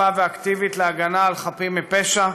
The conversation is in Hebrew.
תקיפה ואקטיבית להגנה על חפים מפשע.